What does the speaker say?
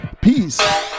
Peace